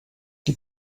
die